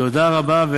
תודה רבה.